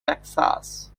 texas